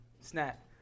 Snap